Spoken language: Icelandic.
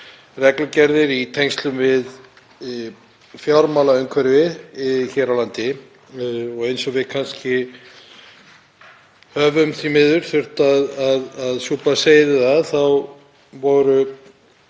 reglugerðir í tengslum við fjármálaumhverfið hér á landi. Eins og við höfum því miður þurft að súpa seyðið af þá var